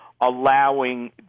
allowing